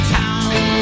town